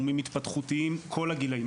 מומים התפתחותיים כל הגילאים,